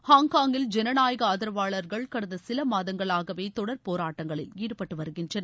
ஹாங்காங்கில் ஜனநாயக ஆதரவாளர்கள் கடந்த சில மாதங்களாகவே தொடர் போராட்டங்களில் ஈடுபட்டு வருகின்றனர்